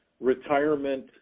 retirement